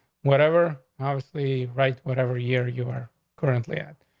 whatever, obviously, right? whatever year you are currently at.